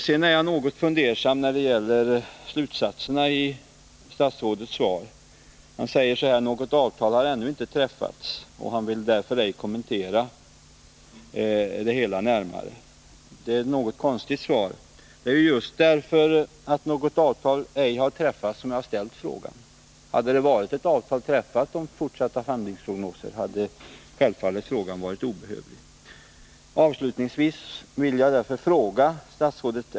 Sedan är jag något fundersam när det gäller slutsatserna i statsrådets svar. Han säger: ”Något avtal har ännu inte träffats.” Han vill därför inte kommentera frågan närmare. Det är ett konstigt svar. Det är ju just därför att något avtal inte har träffats som jag har ställt frågan. Hade ett avtal blivit träffat om fortsatta sådana femdygnsprognoser, hade frågan självfallet varit onödig. 1.